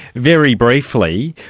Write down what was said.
very briefly,